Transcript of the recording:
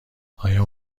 آیا